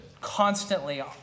constantly